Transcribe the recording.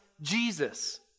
Jesus